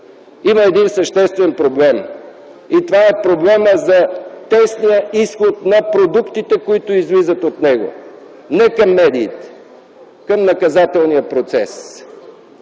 има един съществен проблем и това е проблемът за тесния изход на продуктите, които излизат от него – към медиите, към наказателния процес.